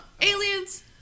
Aliens